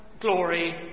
glory